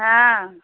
हँ